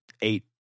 eight